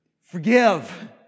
Forgive